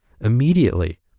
immediately